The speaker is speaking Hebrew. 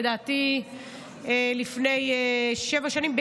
לדעתי לפני שבע שנים,